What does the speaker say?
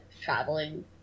traveling